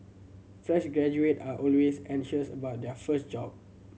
fresh graduate are always anxious about their first job